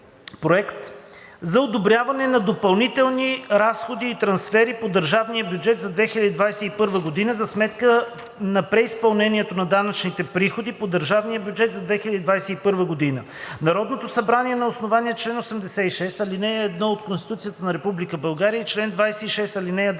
за одобряване на допълнителни разходи и трансфери по държавния бюджет за 2021 г. за сметка на преизпълнението на данъчните приходи по държавния бюджет за 2021 г. Народното събрание на основание чл. 86, ал. 1 от Конституцията на Република България